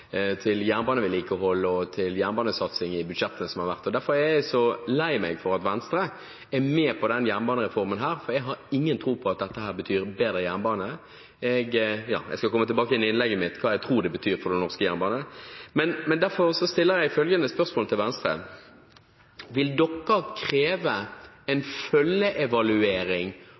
til jernbanevedlikehold og til jernbanesatsingen i budsjettet som har vært, og derfor er jeg så lei meg for at Venstre er med på denne jernbanereformen, for jeg har ingen tro på at dette betyr bedre jernbane. Jeg skal i mitt innlegg komme tilbake til hva jeg tror det betyr for den norske jernbanen. Men derfor stiller jeg følgende spørsmål til Venstre: Vil Venstre kreve